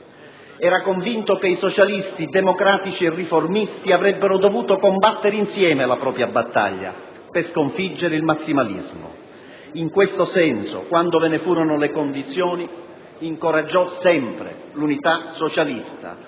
Era convinto che i socialisti democratici e riformisti avrebbero dovuto combattere insieme la propria battaglia per sconfiggere il massimalismo. In questo senso, quando ve ne furono le condizioni, incoraggiò sempre l'unità socialista,